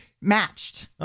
matched